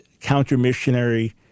counter-missionary